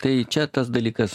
tai čia tas dalykas